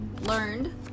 learned